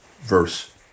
verse